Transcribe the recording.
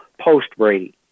post-Brady